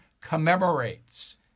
commemorates